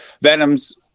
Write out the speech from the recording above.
Venom's